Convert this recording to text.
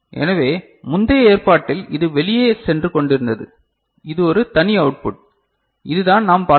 எனவே முந்தைய ஏற்பாட்டில் இது வெளியே சென்று கொண்டிருந்தது இது ஒரு தனி அவுட்புட் இதுதான் நாம் பார்த்தது